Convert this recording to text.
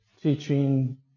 teaching